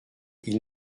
ils